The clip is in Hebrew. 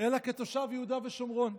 אלא כתושב יהודה ושומרון.